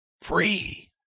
free